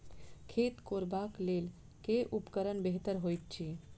खेत कोरबाक लेल केँ उपकरण बेहतर होइत अछि?